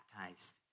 baptized